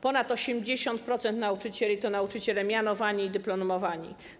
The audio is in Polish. Ponad 80% nauczycieli to nauczyciele mianowani i dyplomowani.